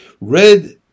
Red